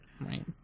Right